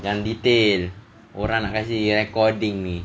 jangan detail orang nak kasi recording ni